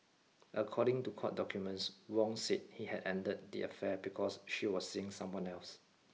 according to court documents Wong said he had ended the affair because she was seeing someone else